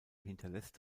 hinterlässt